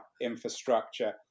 infrastructure